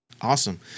Awesome